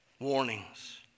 Warnings